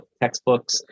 textbooks